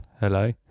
hello